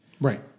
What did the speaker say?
Right